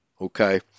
Okay